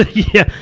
yeah,